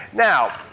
now,